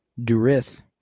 Durith